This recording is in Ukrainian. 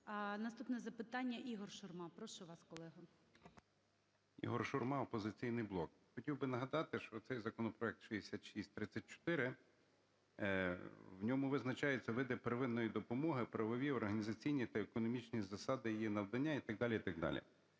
Наступне запитання, Ігор Шурма. Прошу вас, колего. 13:07:41 ШУРМА І.М. Ігор Шурма, "Опозиційний блок". Хотів би нагадати, що цей законопроект 6634, в нього визначаються види первинної допомоги, правові, організаційні та економічні засади її надання і так далі,